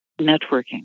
networking